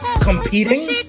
competing